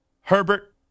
Herbert